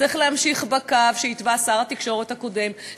צריך להמשיך בקו שהתווה שר התקשורת הקודם,